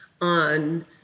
on